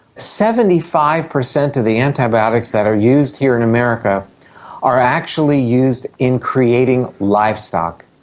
seventy five percent of the antibiotics that are used here in america are actually used in creating livestock,